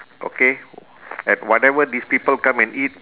okay at whatever these people come and eat